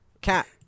Cat